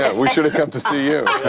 yeah we should've come to see you.